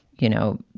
you know,